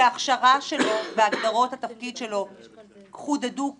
שההכשרה שלו והגדרות התפקיד שלו חודדו כאן,